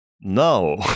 No